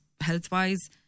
health-wise